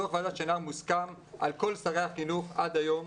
דוח ועדת שנהר מוסכם על כל שרי החינוך עד היום,